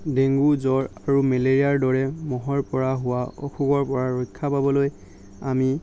dengue জ্বৰ আৰু মেলেৰিয়াৰ দৰে মহৰ পৰা হোৱা অসুখৰ পৰা ৰক্ষা পাবলৈ আমি